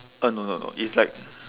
uh no no no it's like